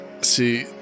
See